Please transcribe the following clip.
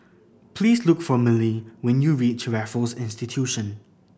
please look for Milly when you reach Raffles Institution